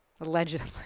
Allegedly